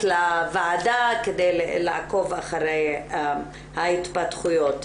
לוועדה כדי לעקוב אחרי ההתפתחויות.